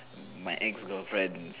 my ex girlfriend's